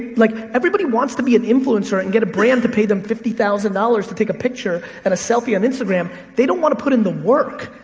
like everybody wants to be an influencer and get a brand to pay them fifty thousand dollars to take a picture and a selfie on um instagram, they don't want to put in the work.